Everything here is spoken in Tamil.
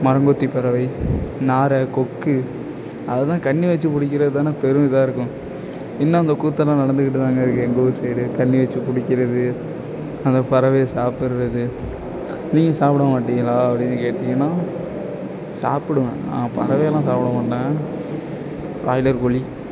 மரங்கொத்திப் பறவை நாரை கொக்கு அதை தான் கண்ணி வச்சு பிடிக்கிறது தானே பெரும் இதாகருக்கும் இன்னும் அந்த கூத்தெல்லாம் நடந்துகிட்டு தாங்க இருக்குது எங்கள் ஊர் சைடு கண்ணி வச்சு பிடிக்கிறது அந்த பறவையை சாப்பிடறது நீங்கள் சாப்பிட மாட்டிங்களா அப்படினு கேட்டிங்கன்னால் சாப்பிடுவேன் நான் பறவையெல்லாம் சாப்பிட மாட்டேன் பிராய்லர் கோழி